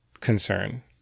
concern